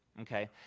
okay